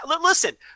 Listen